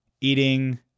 eating